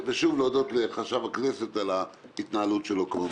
אני רוצה להודות שוב לחשב הכנסת על ההתנהלות שלו.